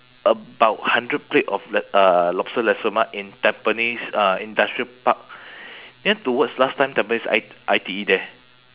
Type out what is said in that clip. about hundred plate of l~ uh lobster nasi lemak in tampines uh industrial park you know towards last time tampines I I_T_E there